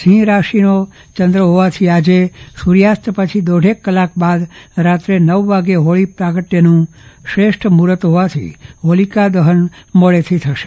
સિંહ રાશીનો ચંદ્ર હોવાથી આજે સૂર્યાસ્ત પછી દોઢેક કલાક બાદ રાત્રે નવ વાગ્યે હોળી પ્રાગટ્યનું શુભ મુહૂર્ત હોવાથી હોલીકા દહન મોડેથી થશે